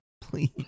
Please